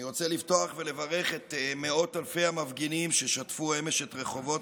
אני רוצה לפתוח ולברך את מאות אלפי המפגינים ששטפו אמש את רחובות